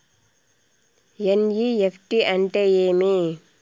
NEFT అంటే ఏమి